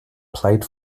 played